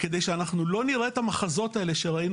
כדי שאנחנו לא נראה את המחזות האלה שראינו